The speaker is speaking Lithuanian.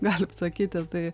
galim sakyti tai